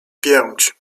pięć